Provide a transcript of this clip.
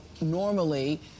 normally